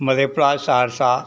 Madhepura Saharsa